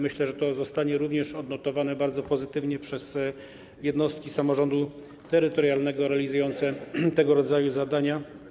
Myślę, że to zostanie również odnotowane bardzo pozytywnie przez jednostki samorządu terytorialnego realizujące tego rodzaju zadania.